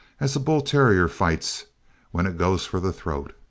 as a bull-terrier fights when it goes for the throat.